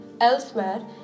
elsewhere